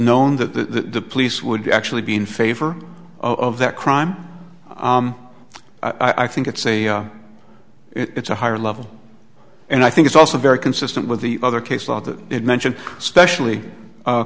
known that the police would actually be in favor of that crime i think it's a it's a higher level and i think it's also very consistent with the other case law that it mentioned especially